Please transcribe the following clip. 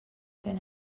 that